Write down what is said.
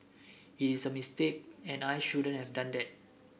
it is a mistake and I shouldn't have done that